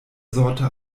sorte